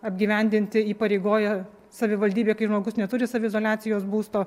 apgyvendinti įpareigoja savivaldybė kai žmogus neturi saviizoliacijos būsto